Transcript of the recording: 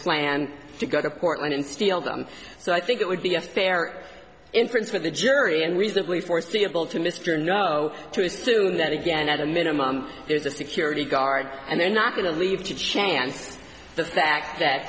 plan to go to portland and steal them so i think it would be a fair inference for the jury and reasonably foreseeable to mr know to assume that again at a minimum there's a security guard and they're not going to leave to chance the fact that